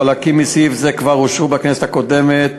חלקים מסעיף זה כבר אושרו בכנסת הקודמת.